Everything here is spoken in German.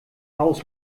raus